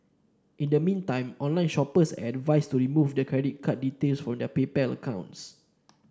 in the meantime online shoppers are advised to remove their credit card details from their PayPal accounts